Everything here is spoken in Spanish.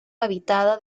habitada